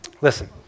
Listen